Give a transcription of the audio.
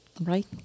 Right